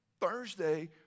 Thursday